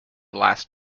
last